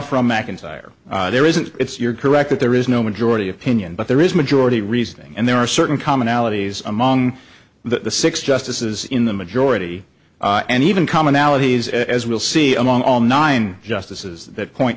from macintyre there isn't it's you're correct that there is no majority opinion but there is majority reasoning and there are certain commonalities among the six justices in the majority and even commonalities as we'll see among all nine justices that point